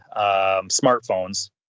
smartphones